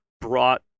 brought